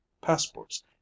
passports